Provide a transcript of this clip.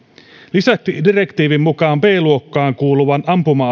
lisäksi direktiivin mukaan b luokkaan kuuluvan ampuma